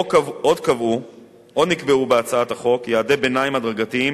עוד נקבעו בהצעת החוק יעדי ביניים הדרגתיים